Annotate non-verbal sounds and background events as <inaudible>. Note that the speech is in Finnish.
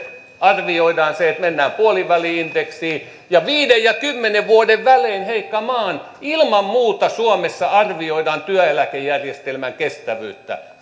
arvioidaan se että mennään puoliväli indeksiin ja viiden ja kymmenen vuoden välein hei come on ilman muuta suomessa arvioidaan työeläkejärjestelmän kestävyyttä <unintelligible>